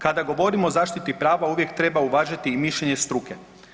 Kada govorimo o zaštiti prava uvijek treba uvažiti i mišljenje struke.